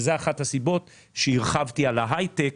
וזאת אחת הסיבות שהרחבתי על ההייטק,